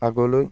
আগলৈ